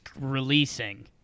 releasing